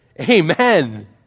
amen